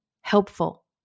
helpful